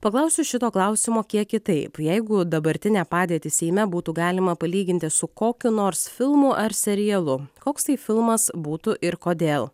paklausiu šito klausimo kiek kitaip jeigu dabartinę padėtį seime būtų galima palyginti su kokiu nors filmu ar serialu koks tai filmas būtų ir kodėl